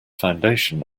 foundation